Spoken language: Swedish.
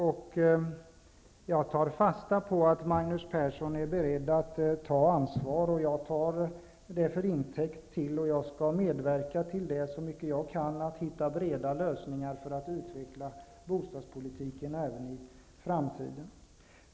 Jag har tagit fasta på att Magnus Persson är beredd at ta ansvar, och jag skall också så mycket jag kan medverka till att hitta breda lösningar för att utveckla bostadspolitiken även i framtiden.